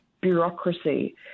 bureaucracy